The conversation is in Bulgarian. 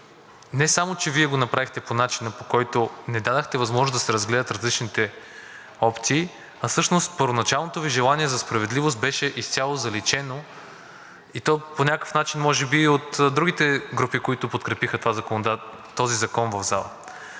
не само че Вие го направихте по начина, по който не дадохте възможност да се разгледат различените опции, а всъщност първоначалното Ви желание за справедливост беше изцяло заличено, и то по някакъв начин може би от другите групи, които подкрепиха този закон в залата.